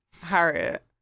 Harriet